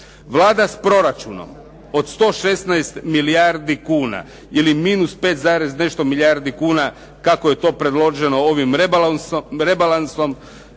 Vlada s proračunom od 116 milijardi kuna ili minus 5, nešto milijardi kuna, kako je to predloženo ovim rebalansom